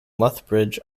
lethbridge